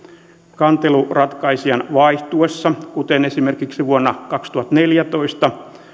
kanteluratkaisijan vaihtuessa kuten esimerkiksi vuonna kaksituhattaneljätoista